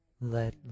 Let